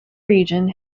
region